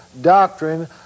doctrine